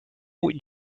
what